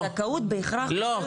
כי הזכאות בהכרח --- לא,